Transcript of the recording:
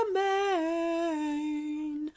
main